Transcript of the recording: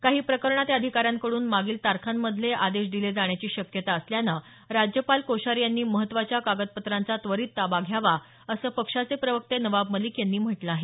काही प्रकरणांत या अधिकाऱ्यांकडून मागील तारखांमध्ये आदेश दिले जाण्याची शक्यता असल्यानं राज्यपाल कोश्यारी यांनी महत्त्वाच्या कागदपत्रांचा त्वरित ताबा घ्यावा असं पक्षाचे प्रवक्ते नवाब मलिक यांनी म्हटलं आहे